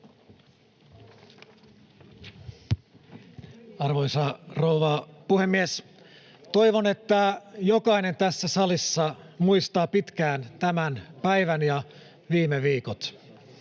Arvoisa rouva puhemies! Toivon, että jokainen tässä salissa muistaa pitkään tämän päivän ja viime viikot.